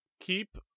Keep